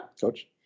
Coach